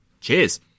Cheers